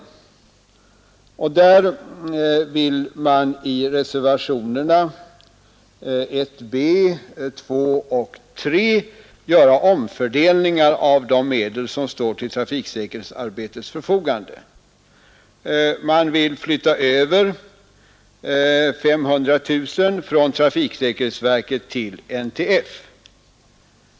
Beträffande dessa har man i reservationerna 1 b, 2 och 3 velat göra omfördelningar av de medel som står till trafiksäkerhetsarbetets förfogande. Enligt reservationerna I b och 3 vill man flytta över 500 000 kronor från trafiksäkerhetsverket till NTF.